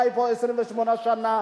חי פה 28 שנה,